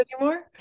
anymore